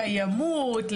לקיימות,